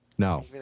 No